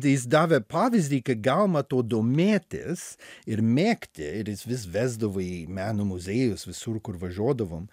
jis davė pavyzdį kai galima tuo domėtis ir mėgti ir jis vis vesdavo į meno muziejus visur kur važiuodavom